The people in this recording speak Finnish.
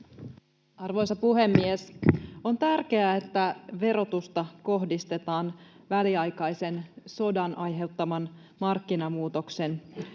Arvoisa puhemies! On tärkeää, että verotusta kohdistetaan väliaikaisen sodan aiheuttamaan markkinamuutostilanteeseen.